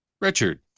Richard